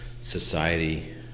society